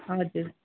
हजुर